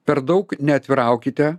per daug neatviraukite